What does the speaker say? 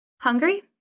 Hungry